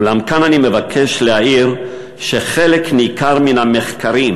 אולם כאן אני מבקש להעיר שחלק ניכר מהמחקרים